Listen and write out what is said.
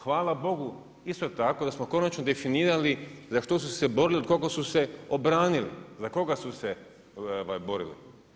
Hvala Bogu isto tako da smo konačno definirali za što su se borili, od koga su se obranili, za koga su se borili.